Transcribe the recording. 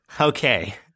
Okay